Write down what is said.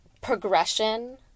progression